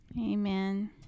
Amen